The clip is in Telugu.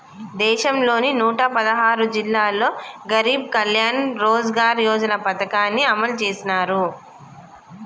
దేశంలోని నూట పదహారు జిల్లాల్లో గరీబ్ కళ్యాణ్ రోజ్గార్ యోజన పథకాన్ని అమలు చేసినారు